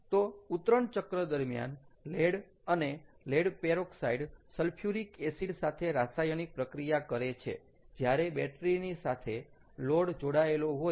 તો ઉતરણ ચક્ર દરમિયાન લેડ અને લેડ પેરોક્સાઈડ સલ્ફ્યુરિક એસિડ સાથે રાસાયણિક પ્રક્રિયા કરે છે જ્યારે બેટરી ની સાથે લોડ જોડાયેલો હોય